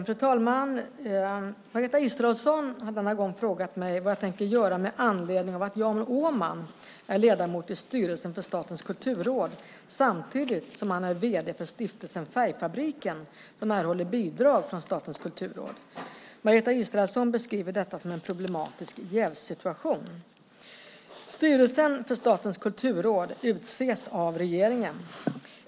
Fru talman! Margareta Israelsson har denna gång frågat mig vad jag tänker göra med anledning av att Jan Åman är ledamot i styrelsen för Statens kulturråd samtidigt som han är vd för Stiftelsen Färgfabriken som erhåller bidrag från Statens kulturråd. Margareta Israelsson beskriver detta som en problematisk jävssituation. Styrelsen för Statens kulturråd utses av regeringen.